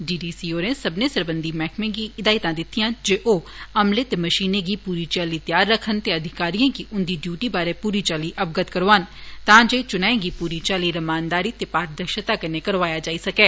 D D C होरें सब्बने सरबंघी मैहकमें गी हिदायतां दितियां जे ओ अमले ते मशीनें गी पूरी चाल्ली तयार रक्खन ते अधिकारिएं गी उन्दी डियूटी बारै पूरी चाल्ली अवगत करौआन तां जे चुनाए गी पूरी चाल्ली रमानदारी ते पारर्दिशता कन्नै करौआया जाई सकै